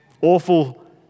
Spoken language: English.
awful